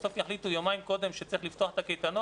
בסוף יחליטו יומיים קודם שצריך לפתוח את הקייטנות